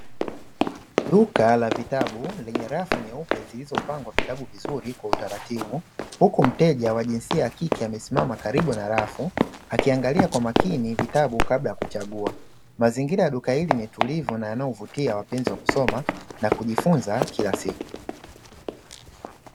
Duka la vitabu lenye rafu nyeupe zilizopangwa vizuri kwa utaratibu ,huku mteja wa jinsia ya kike amesimama karibu na rafu, akiangalia kwa makini vitabu kabla ya kuchagua. Mazingira ya duka hili ni tulivu na yanayovutia wapenzi wa kusoma na kujifunza kila siku.